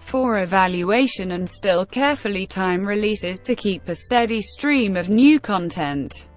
for evaluation, and still carefully time releases to keep a steady stream of new content.